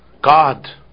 God